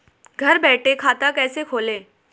घर बैठे खाता कैसे खोलें?